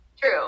True